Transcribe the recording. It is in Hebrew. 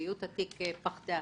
ריכוזיות התיק פחתה,